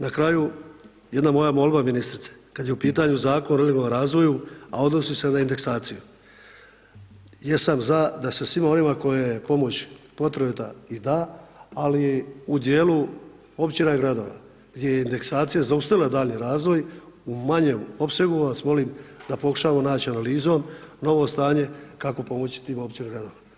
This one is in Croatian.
Na kraju jedna moja molba ministrici, kad je u pitanju Zakon o regionalnom razvoju, a odnosi se na indeksaciju, jesam za da se svima onima kojim je pomoć potrebita i da ali u dijelu općina i gradova gdje je indeksacija zaustavila dalji razvoj u manjem opsegu vas molim da pokušamo nać analizom novo stanje kako polučiti